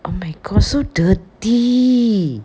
oh my god so dirty